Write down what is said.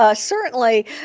ah certainly,